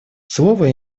слово